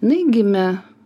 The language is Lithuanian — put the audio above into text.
jinai gimė